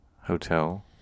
hotel